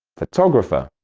photographer